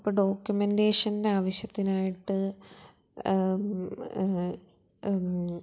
ഇപ്പോള് ഡോക്യൂമെൻറ്റേഷൻ്റെ ആവശ്യത്തിനായിട്ട്